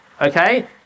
okay